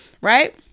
Right